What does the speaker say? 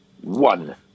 one